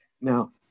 Now